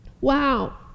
Wow